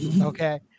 Okay